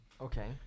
Okay